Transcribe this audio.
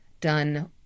done